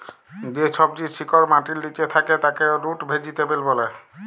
যে সবজির শিকড় মাটির লিচে থাক্যে তাকে রুট ভেজিটেবল ব্যলে